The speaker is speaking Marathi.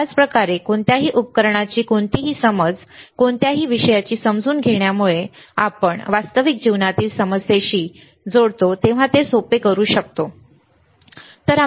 त्याचप्रकारे कोणत्याही उपकरणाची कोणतीही समज कोणत्याही विषयाची समजून घेण्यामुळे आपण वास्तविक जीवनातील समस्येशी जोडतो तेव्हा ते सोपे करू शकतो ठीक आहे